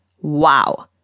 Wow